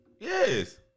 Yes